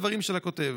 אלה הדברים של הכותב,